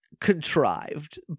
contrived